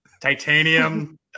titanium